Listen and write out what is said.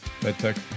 MedTech